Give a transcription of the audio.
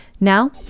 Now